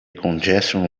congestion